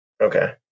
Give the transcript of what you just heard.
okay